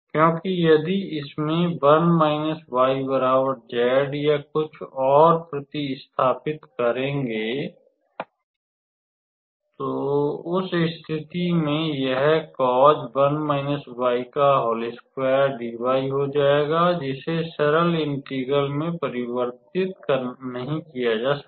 क्योंकि यदि इसमें या कुछ और प्र्तिस्थापित करेंगे तो उस स्थिति में यह हो जाएगा जिसे सरल इंटेग्रल में परिवर्तित नहीं किया जा सकता